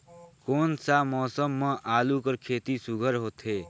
कोन सा मौसम म आलू कर खेती सुघ्घर होथे?